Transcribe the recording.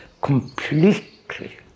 completely